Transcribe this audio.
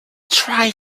try